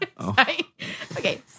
Okay